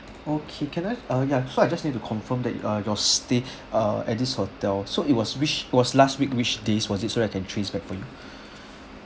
okay can I uh ya so I just need to confirm that uh your stay uh at this hotel so it was which it was last week which days was it so I can trace back for you